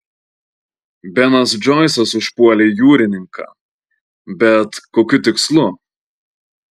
benas džoisas užpuolė jūrininką bet kokiu tikslu